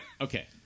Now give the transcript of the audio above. Okay